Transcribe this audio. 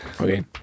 Okay